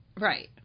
Right